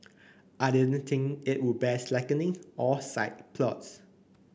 I didn't think it would bear slackening or side plots